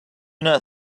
not